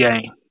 game